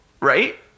right